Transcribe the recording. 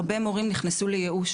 הרבה מורים נכנסו לייאוש.